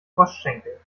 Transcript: froschschenkel